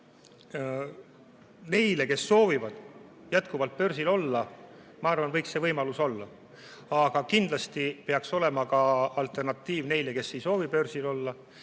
neil, kes soovivad jätkuvalt börsil olla, ma arvan, võiks see võimalus olla. Aga kindlasti peaks olema ka alternatiiv neile, kes ei soovi börsil olla.